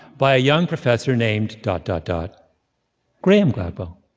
by a young professor named dot, dot, dot graham gladwell.